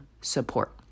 support